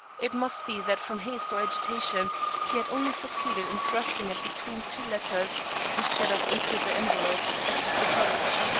it must be that from haste or agitation he had only succeeded in thrusting it between two letters instead of into the envelope, as he supposed.